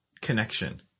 connection